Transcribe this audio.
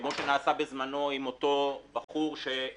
כפי שנעשה בזמנו עם אותו בחור שנהג